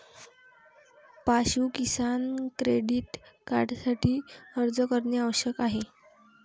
पाशु किसान क्रेडिट कार्डसाठी अर्ज करणे आवश्यक आहे